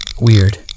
Weird